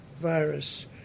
virus